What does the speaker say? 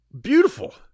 beautiful